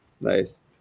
Nice